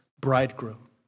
bridegroom